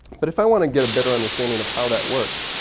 but if i want to get a better understanding of how that works